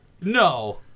No